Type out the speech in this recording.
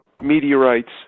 meteorites